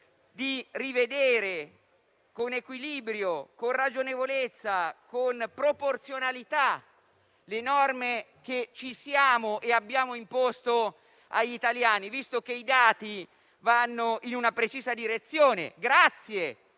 di rivedere, con equilibrio, ragionevolezza e proporzionalità, le norme che ci siamo e abbiamo imposto agli italiani. I dati vanno in una precisa direzione grazie